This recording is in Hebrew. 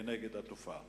כנגד התופעה?